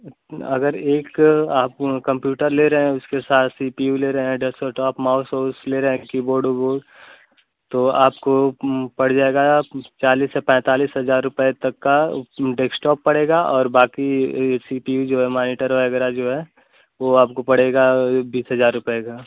अगर एक आप कम्प्यूटर ले रहे हैं उसके साथ सी पी यू ले रहे हैं डेसटॉप माउस वाउस ले रहे हैं की बोर्ड उबोर्ड तो आपको पड़ जाएगा चालीस से पैंतालीस हज़ार रुपये तक का डेक्सटॉप पड़ेगा और बाकी सी पी यू जो है मानीटर वगैरह जो है वह आपको पड़ेगा बीस हज़ार रुपये का